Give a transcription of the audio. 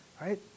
right